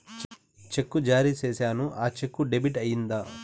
చెక్కు జారీ సేసాను, ఆ చెక్కు డెబిట్ అయిందా